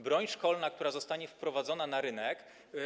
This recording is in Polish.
Broń szkolna, która zostanie wprowadzona na rynek.